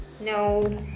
No